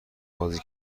بازی